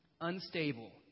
unstable